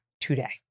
today